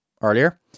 earlier